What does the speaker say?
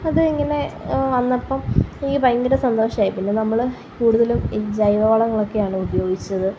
അത് ഇങ്ങനെ വന്നപ്പം എനിക്ക് ഭയങ്കര സന്തോഷായി പിന്നെ നമ്മള് കൂടുതലും ഈ ജൈവ വളങ്ങളൊക്കെയാണ് ഉപയോഗിച്ചത്